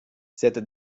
cette